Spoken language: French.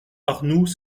arnoux